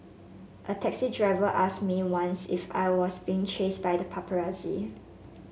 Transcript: a taxi driver asked me once if I was being chased by the paparazzi